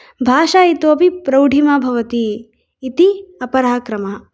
भाषा इतोऽपि प्रौढिमा भवति इति अपरः क्रमः